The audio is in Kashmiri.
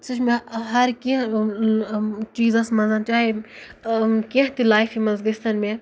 سُہ چھِ مےٚ ہرکیںٛہہ چیٖزَس منٛزَن چاہے کینٛہہ تہِ لایفہِ منٛز گٔژھۍ تَن مےٚ